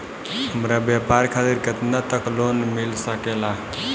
हमरा व्यापार खातिर केतना तक लोन मिल सकेला?